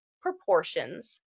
proportions